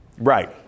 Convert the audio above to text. right